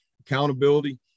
accountability